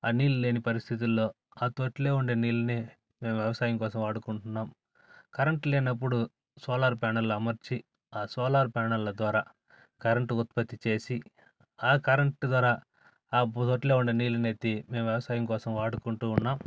ఆ నీళ్లు లేని పరిస్థితుల్లో ఆ తొట్టిలో ఉండే నీళ్ళని మేము వ్యవసాయం కోసం వాడుకుంటున్నాం కరెంటు లేనప్పుడు సోలార్ ప్యానల్ అమర్చి ఆ సోలార్ ప్యానెళ్ల ద్వారా కరెంటు ఉత్పత్తి చేసి ఆ కరెంటు ద్వారా ఆ బుదటిలో ఉన్న నీళ్ళనెత్తి మేం వ్యవసాయం కోసం వాడుకుంటూ ఉన్నాం